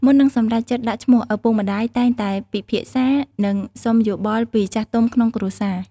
មុននឹងសម្រេចចិត្តដាក់ឈ្មោះ ឪពុកម្តាយតែងតែពិភាក្សា និងសុំយោបល់ពីចាស់ទុំក្នុងគ្រួសារ។